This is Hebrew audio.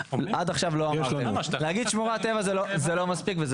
למה אתה מחליט שלא?